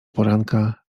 poranka